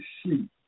sheep